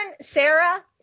Sarah